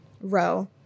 row